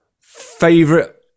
Favorite